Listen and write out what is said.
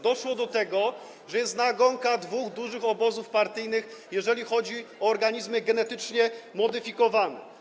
Doszło do tego, że jest nagonka dwóch dużych obozów partyjnych, jeżeli chodzi o organizmy genetycznie modyfikowane.